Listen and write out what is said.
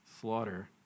slaughter